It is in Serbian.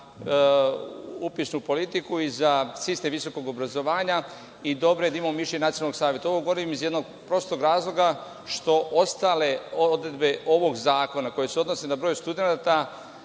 za upisnu politiku i za sistem visokog obrazovanja i dobro je da imamo mišljenje Nacionalnog saveta. Ovo govorim iz jednog prostog razloga što ostale odredbe ovog zakona koje se odnose na broj studenata